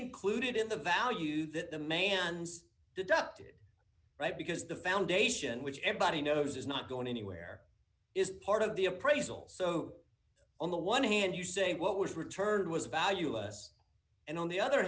included in the value that the man's deducted right because the foundation which everybody knows is not going anywhere is part of the appraisals so on the one hand you say what was returned was value us and on the other